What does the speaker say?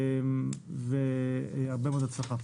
הרבה הצלחה.